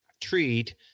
treat